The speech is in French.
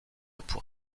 pour